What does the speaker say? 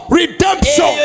redemption